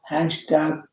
Hashtag